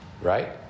right